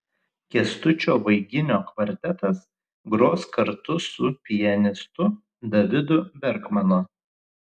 kęstučio vaiginio kvartetas gros kartu su pianistu davidu berkmanu